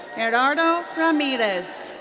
gerardo ramirez.